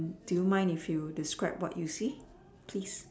do you mind if you describe what you see please